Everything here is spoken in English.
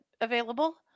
available